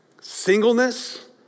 singleness